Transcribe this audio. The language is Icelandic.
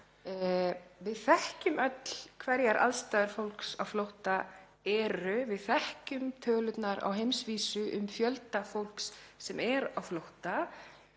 Við þekkjum öll hverjar aðstæður fólks á flótta eru. Við þekkjum tölurnar á heimsvísu um fjölda fólks sem er á flótta.